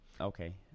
Okay